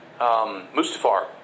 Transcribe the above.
Mustafar